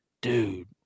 dude